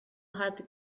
had